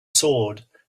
sword